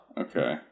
Okay